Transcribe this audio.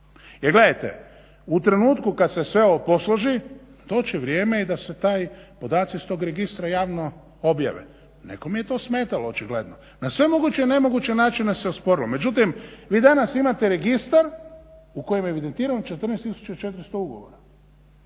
Jer gledajte, u trenutku kad se sve ovo posloži doći će vrijeme i da se podaci iz tog registra javno objave. Nekom je to smetalo očigledno. Na sve moguće i nemoguće načine se osporilo. Međutim, vi danas imate registar u kojem je evidentirano 14400 ugovora